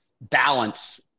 balance